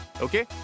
Okay